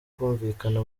kumvikana